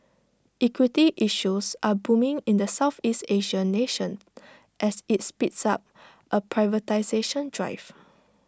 equity issues are booming in the Southeast Asian nation as IT speeds up A privatisation drive